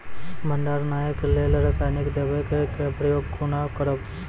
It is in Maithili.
भंडारणक लेल रासायनिक दवेक प्रयोग कुना करव?